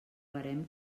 barem